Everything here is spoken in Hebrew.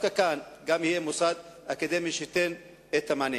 שדווקא כאן יהיה מוסד אקדמי שייתן את המענה.